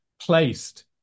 placed